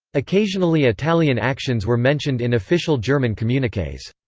occasionally italian actions were mentioned in official german communiques.